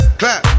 clap